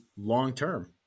long-term